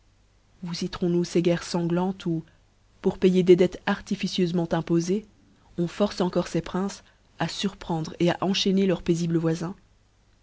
vous citerons nous ces guerres sanglâmes oit pour payer des dettes artificieufement impofées on force encore ces princes à surprendre à enchaîner leurs paifibles voifins